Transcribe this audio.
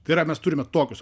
tai yra mes turime tokius